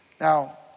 Now